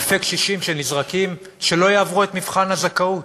אלפי קשישים שנזרקים שלא יעברו את מבחן הזכאות,